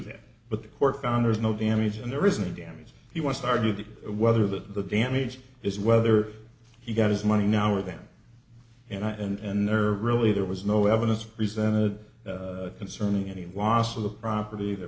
that but the court found there is no damage and there is no damage he wants to argue that whether that the damage is whether he got his money now or them and i and they're really there was no evidence presented concerning any loss of the property there